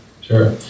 Sure